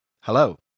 hello